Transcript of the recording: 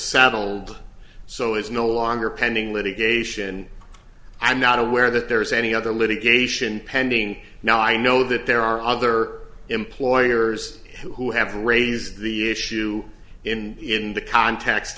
saddled so is no longer pending litigation i'm not aware that there is any other litigation pending now i know that there are other employers who have raised the issue in in the context